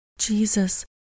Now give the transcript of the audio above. Jesus